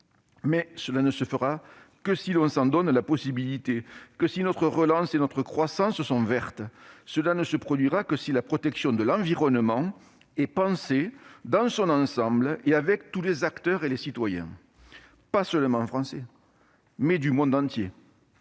cela ne se fera que si l'on s'en donne la possibilité et si notre relance et notre croissance sont vertes. Cela ne se produira que si la protection de l'environnement est pensée dans son ensemble, avec tous les acteurs et citoyens, pas seulement français, mais du monde entier.